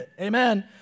amen